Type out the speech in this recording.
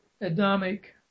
Adamic